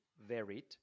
varied